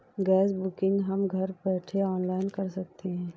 gas booking हम घर बैठे ऑनलाइन कर सकते है